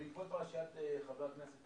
בעקבות פרשת חבר הכנסת באסל.